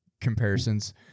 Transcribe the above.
comparisons